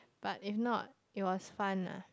but if not it was fun lah